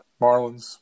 Marlins